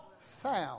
found